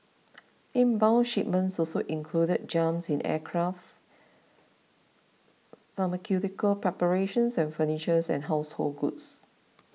inbound shipments also included jumps in aircraft pharmaceutical preparations and furnitures and household goods